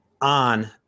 on